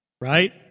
Right